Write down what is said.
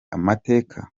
amateka